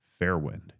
Fairwind